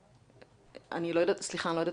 פיקוח, סעיף